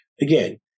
Again